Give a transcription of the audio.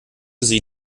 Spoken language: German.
sie